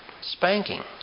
Spanking